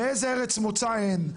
מאיזו ארץ מוצא הן,